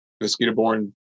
mosquito-borne